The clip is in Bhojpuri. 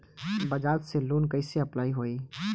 बजाज से लोन कईसे अप्लाई होई?